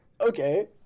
okay